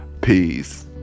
Peace